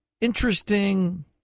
interesting